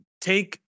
take